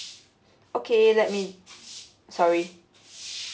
okay let me sorry